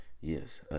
yes